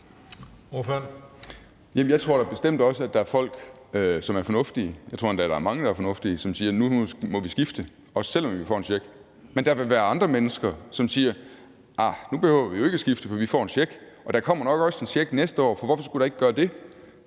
jeg tror endda, at der er mange, der er fornuftige og siger, at nu må de skifte, også selv om de får en check. Men der vil være andre mennesker, som siger: Arh, nu behøver vi jo ikke at skifte, for vi får en check, og der kommer nok også en check næste år, for hvorfor skulle der ikke gøre det?